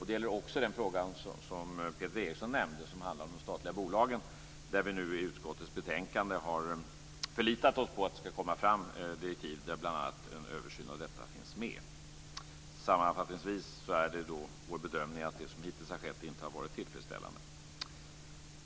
Det gäller också den fråga som Peter Eriksson nämnde - den som handlar om de statliga bolagen. I utskottets betänkande har vi förlitat oss på att det skall komma fram direktiv där bl.a. en översyn av detta finns med. Sammanfattningsvis är vår bedömning att det som hittills har skett inte har varit tillfredsställande.